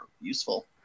useful